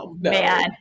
man